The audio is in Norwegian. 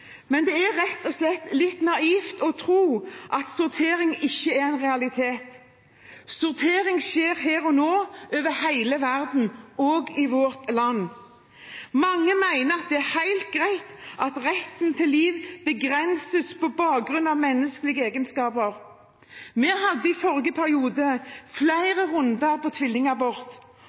det sterkt, og det er rett og slett litt naivt å tro at sortering ikke er en realitet. Sortering skjer her og nå over hele verden, også i vårt land. Mange mener at det er helt greit at retten til liv begrenses på bakgrunn av menneskelige egenskaper. Vi hadde i forrige periode flere runder om tvillingabort.